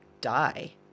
die